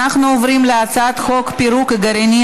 אנחנו עוברים להצעת חוק פירוק גרעיני